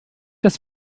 das